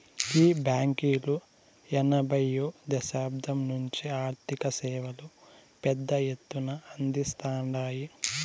ఈ బాంకీలు ఎనభైయ్యో దశకం నుంచే ఆర్థిక సేవలు పెద్ద ఎత్తున అందిస్తాండాయి